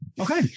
Okay